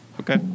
okay